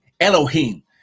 Elohim